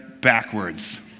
backwards